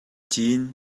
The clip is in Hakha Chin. cin